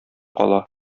кала